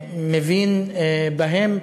מבין בהם.